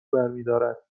برمیدارد